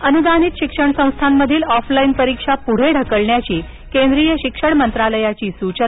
अनुदानित शिक्षण संस्थांमधील ऑफलाईन परीक्षा पुढे ढकलण्याची केंद्रीय शिक्षण मंत्रालयाची सूचना